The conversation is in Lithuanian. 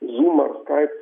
zoom ar skype